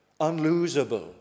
unlosable